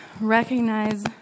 recognize